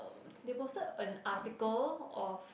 they posted an article of